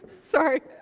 Sorry